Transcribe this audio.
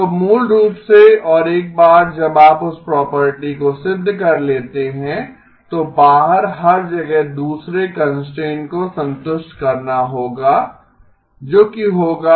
तो मूल रूप से और एक बार जब आप उस प्रॉपर्टी को सिद्ध कर लेते हैं तो बाहर हर जगह दूसरे कंस्ट्रेंट को संतुष्ट करना होगा जो कि होगा